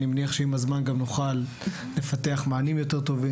אני מניח שעם הזמן גם נוכל לפתח מענים יותר טובים.